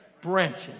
branches